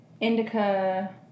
indica